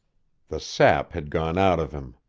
the sap had gone out of him.